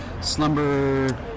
slumber